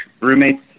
roommates